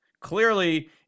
Clearly